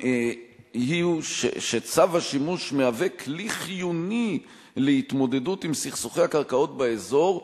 היא שצו השימוש הוא כלי חיוני להתמודד עם סכסוכי הקרקעות באזור,